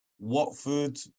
Watford